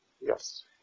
Yes